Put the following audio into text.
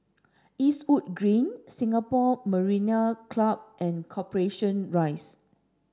Eastwood Green Singapore Mariner Club and Corporation Rise